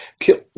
kill